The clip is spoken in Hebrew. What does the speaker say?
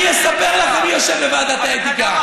אני אספר לך מי יושב בוועדת האתיקה.